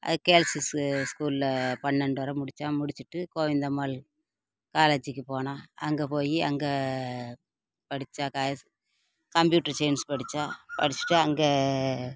அது girls high ஸ்கூலில் பன்னெண்டு வரை முடிச்சா முடிச்சிட்டு கோவிந்தம்மாள் காலேஜிக்கு போனால் அங்கே போய் அங்கே படிச்சா கம்பியூட்டர் சைன்ஸ் படிச்சா படிச்சுட்டு அங்கே